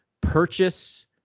purchase